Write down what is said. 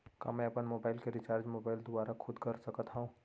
का मैं अपन मोबाइल के रिचार्ज मोबाइल दुवारा खुद कर सकत हव?